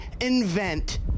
invent